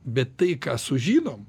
bet tai ką sužinom